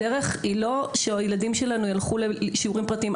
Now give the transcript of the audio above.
הדרך היא לא שהילדים שלנו יילכו לשיעורים פרטיים.